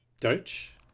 Deutsch